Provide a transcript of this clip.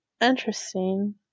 interesting